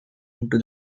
into